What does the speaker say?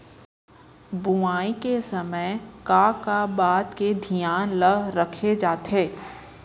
बुआई के समय का का बात के धियान ल रखे जाथे?